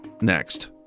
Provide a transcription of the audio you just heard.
next